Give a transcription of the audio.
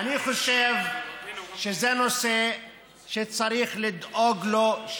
אני חושב שזה נושא שצריך לדאוג לו,